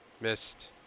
Missed